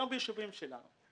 גם ביישובים שלנו.